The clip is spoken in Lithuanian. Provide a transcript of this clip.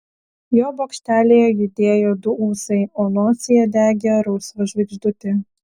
jo bokštelyje judėjo du ūsai o nosyje degė rausva žvaigždutė